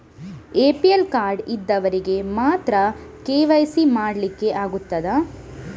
APL card ಇದ್ದವರಿಗೆ ಮಾತ್ರ K Y C ಮಾಡಲಿಕ್ಕೆ ಆಗುತ್ತದಾ?